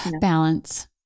Balance